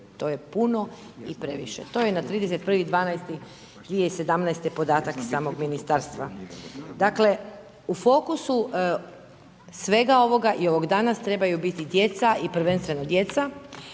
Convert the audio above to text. To je puno i previše, to je na 31.12.2017. podatak iz samog ministarstva. Dakle, u fokusu svega ovoga i ovog danas, trebaju biti djeca i prvenstveno djeca.